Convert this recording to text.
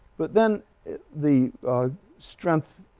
but then the strength